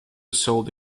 sold